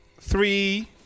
three